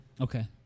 Okay